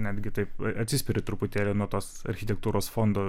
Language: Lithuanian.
netgi taip atsispiri truputėlį nuo tos architektūros fondo